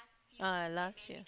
uh last year